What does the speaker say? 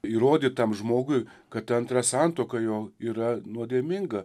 įrodyt tam žmogui kad ta antra santuoka jo yra nuodėminga